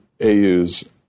AU's